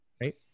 Right